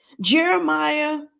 Jeremiah